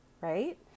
right